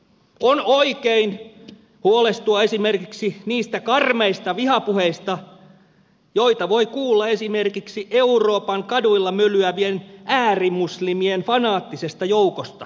on oikein huolestua esimerkiksi niistä karmeista vihapuheista joita voi kuulla esimerkiksi euroopan kaduilla mölyävien äärimuslimien fanaattisesta joukosta